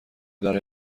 برای